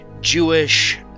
Jewish